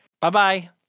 Bye-bye